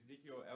Ezekiel